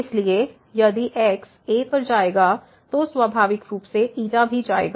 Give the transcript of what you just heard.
इसलिए यदि x a पर जाएगा तो स्वाभाविक रूप से भी जाएगा